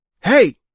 Hey